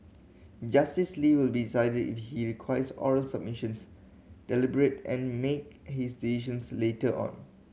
Justice Lee will decide if he requires oral submissions deliberate and make his decisions later on